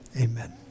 amen